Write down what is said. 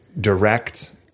direct